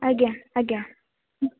ଆଜ୍ଞା ଆଜ୍ଞା